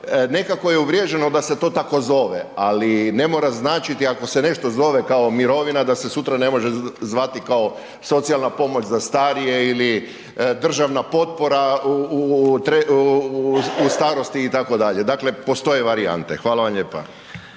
Nekako je uvriježeno da se to tako zove ali ne mora značiti ako se nešto zove kao mirovina da se sutra ne može zvati kao socijalna pomoć za starije ili državna potpora u starosti itd. Dakle postoje varijante, hvala vam lijepa.